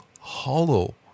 hollow